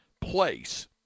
place